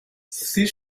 six